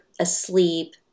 asleep